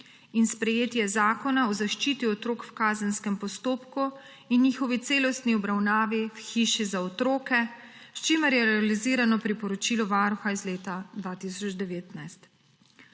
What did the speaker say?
in sprejetje Zakona o zaščiti otrok v kazenskem postopku in njihovi celostni obravnavi v hiši za otroke, s čimer je realizirano priporočilo Varuha iz leta 2019.